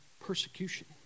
persecution